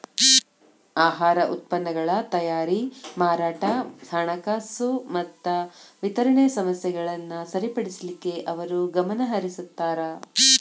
ಆಹಾರ ಉತ್ಪನ್ನಗಳ ತಯಾರಿ ಮಾರಾಟ ಹಣಕಾಸು ಮತ್ತ ವಿತರಣೆ ಸಮಸ್ಯೆಗಳನ್ನ ಸರಿಪಡಿಸಲಿಕ್ಕೆ ಅವರು ಗಮನಹರಿಸುತ್ತಾರ